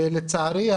לצערי,